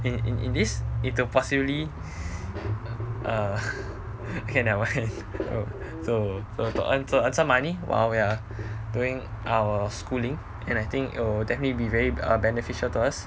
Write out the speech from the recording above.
in in in this if they possibly err K nervermind to to to earn some money while we are doing our schooling and I think it'll definitely be very beneficial to us